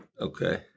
Okay